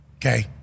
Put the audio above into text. Okay